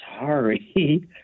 sorry